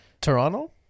Toronto